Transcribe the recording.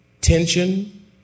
tension